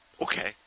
Okay